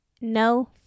no